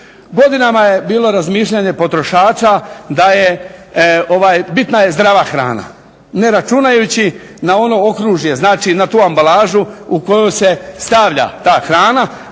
Godinama je bilo razmišljanje potrošača da je bitna zdrava hrana ne računajući na ono okružje znači na tu ambalažu u koju se stavlja ta hrana